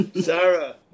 sarah